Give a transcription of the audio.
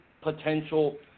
potential